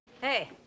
Hey